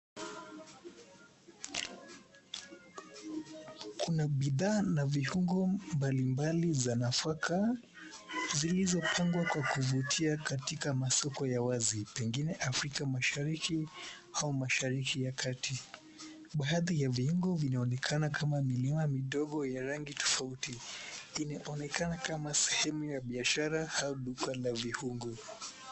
Kuna bidhaa na viungo mbalimbali za nafaka zilizopangwa kwa kuvutia katika masoko ya wazi, pengine Afrika mashariki au mashariki ya kati. Baadhi ya viungo vinaonekana kama milima midogo ya rangi tofauti. Inaonekana kama sehemu ya biashara au duka la viungo.